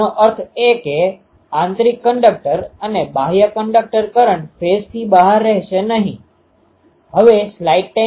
તેથી જ્યારે આપણે કહીએ કે આજકાલ MIMO એન્ટેના વગેરે અથવા એન્ટેના એરેમાં 4 બીમ હોય છે અથવા 5 બીમ હોય છેઆ બધા અહીંથી બન્યા છે